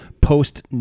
post